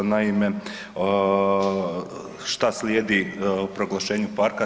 Naime, šta slijedi proglašenju parka?